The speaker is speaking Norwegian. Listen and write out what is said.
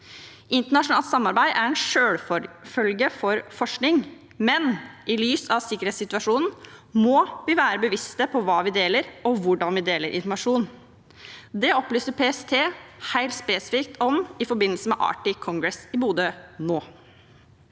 Internasjonalt samarbeid er en selvfølge for forskning, men i lys av sikkerhetssituasjonen må vi være bevisste på hva vi deler, og hvordan vi deler informasjon. Det opplyste PST helt spesifikt om i forbindelse med Arctic Congress i Bodø nå.